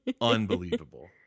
Unbelievable